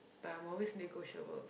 but I'm always negotiable